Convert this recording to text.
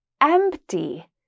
Empty